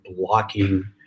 blocking